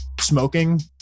smoking